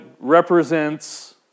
represents